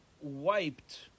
wiped